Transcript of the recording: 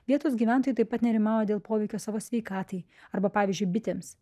vietos gyventojai taip pat nerimauja dėl poveikio savo sveikatai arba pavyzdžiui bitėms